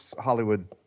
Hollywood